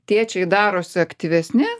tėčiai darosi aktyvesni